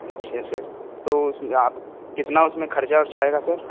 اچھا سر تو اس میں آپ کتنا اس میں خرچہ ورچہ آئے گا سر